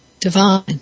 divine